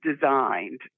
designed